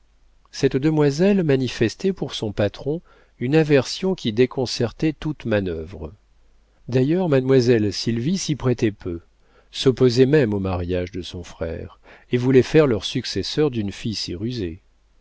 cette demoiselle manifestait pour son patron une aversion qui déconcertait toute manœuvre d'ailleurs mademoiselle sylvie s'y prêtait peu s'opposait même au mariage de son frère et voulait faire leur successeur d'une fille si rusée